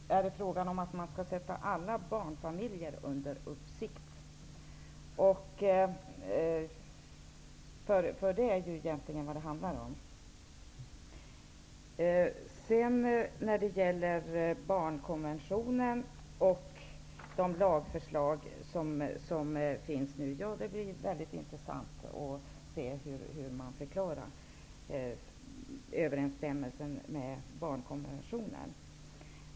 Herr talman! Först något om uppsiktsperioden. Grejen är tydligen att man skall sätta alla barnfamiljer under uppsikt. Det är vad det egentligen handlar om. När det sedan gäller barnkonventionen och de aktuella lagförslagen skall det bli väldigt intressant att höra hur överensstämmelsen här förklaras.